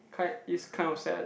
kind is kind of sad